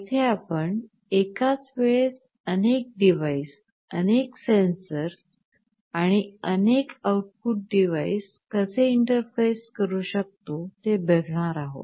येथे आपण एकाच वेळेस अनेक डिवाइस अनेक सेन्सर्स आणि अनेक आउटपुट डिवाइस कसे इंटरफेस करू शकतो ते बघणार आहोत